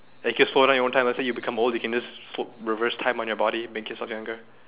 like you can slow down your own time let's say you become old you can just slo~ reverse time on your body make yourself younger